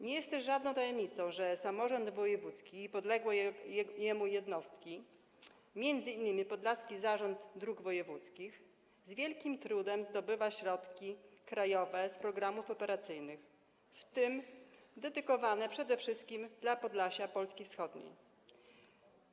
Nie jest też żadną tajemnicą, że samorząd wojewódzki i podległe mu jednostki, m.in. Podlaski Zarząd Dróg Wojewódzkich, z wielkim trudem zdobywają środki krajowe z programów operacyjnych, w tym dedykowane przede wszystkim dla Podlasia, wschodniej Polski.